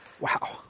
Wow